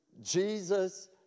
Jesus